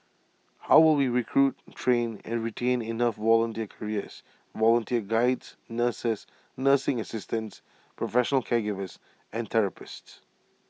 how will we recruit train and retain enough volunteer carers volunteer Guides nurses nursing assistants professional caregivers and therapists